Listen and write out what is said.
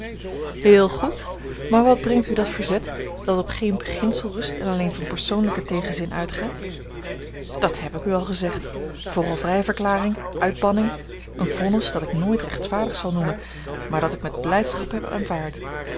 heel goed maar wat brengt u dat verzet dat op geen beginsel rust en alleen van persoonlijken tegenzin uitgaat dat heb ik u al gezegd vogelvrijverklaring uitbanning een vonnis dat ik nooit rechtvaardig zal noemen maar dat ik met blijdschap heb aanvaard